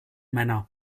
männer